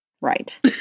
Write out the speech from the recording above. Right